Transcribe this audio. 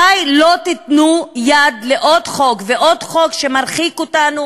מתי לא תיתנו יד לעוד חוק ועוד חוק שמרחיק אותנו